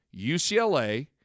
UCLA